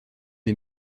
est